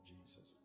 Jesus